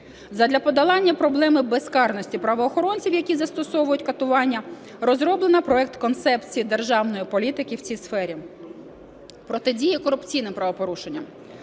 Задля подолання проблеми безкарності правоохоронців, які застосовують катування, розроблено проект концепції державної політики в цій сфері. Протидія корупційним правопорушенням.